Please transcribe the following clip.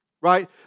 right